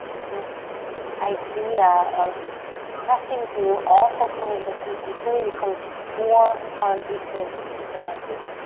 this idea of pressing through all four corners of the feet equally. we call this four part equal standing.